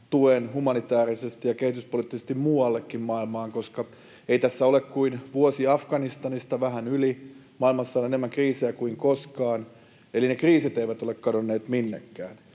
tuen humanitäärisesti ja kehityspoliittisesti muuallekin maailmaan, koska ei tässä ole kuin vähän yli vuosi Afganistanista ja maailmassa on enemmän kriisejä kuin koskaan, eli ne kriisit eivät ole kadonneet minnekään.